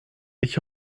ich